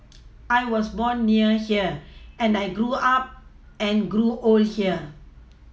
I was born near here and I grew up and grew old here